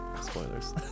Spoilers